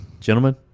Gentlemen